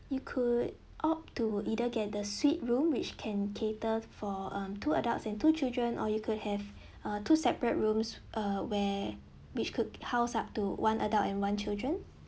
you could opt to either get the suite room which can cater for um two adults and two children or you could have uh two separate rooms uh where which could house up to one adult and one children